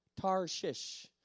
Tarshish